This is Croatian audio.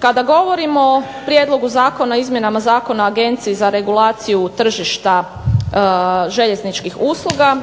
Kada govorimo o prijedlogu zakona o izmjenama Zakona o Agenciji za regulaciju tržišta željezničkih usluga